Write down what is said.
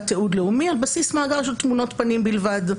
תיעוד לאומי על בסיס מאגר של תמונות פנים בלבד.